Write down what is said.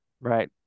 Right